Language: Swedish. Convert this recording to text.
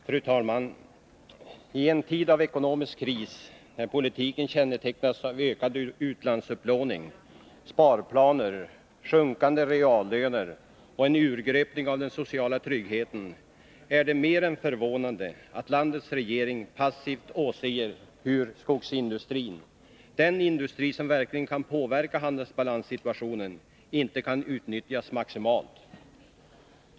Fru talman! I en tid av ekonomisk kris, när politiken kännetecknas av ökad utlandsupplåning, sparplaner, sjunkande reallöner och en urgröpning av den sociala tryggheten, är det mer än förvånande att landets regering passivt åser hur skogsindustrin — den industri som verkligen kan påverka handelsbalanssituationen —- inte kan utnyttjas maximalt.